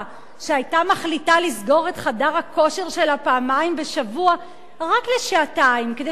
שהיתה מחליטה לסגור את חדר הכושר שלה פעמיים בשבוע רק לשעתיים כדי